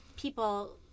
people